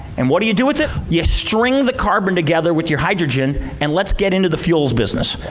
and what do you do with it? you string the carbon together with your hydrogen, and let's get into the fuels business.